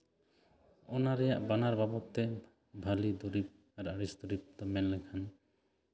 ᱚᱱᱟ ᱨᱮᱭᱟᱜ ᱵᱟᱱᱟᱨ ᱵᱟᱵᱚᱫ ᱛᱮ ᱵᱷᱟᱹᱞᱤ ᱫᱩᱨᱤᱵ ᱟᱨ ᱟᱹᱲᱤᱥ ᱫᱩᱨᱤᱵ ᱢᱮᱱ ᱞᱮᱠᱷᱟᱱ